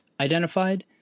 identified